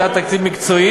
הצעת תקציב מקצועית,